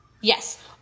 Yes